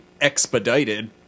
expedited